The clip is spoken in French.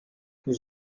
nous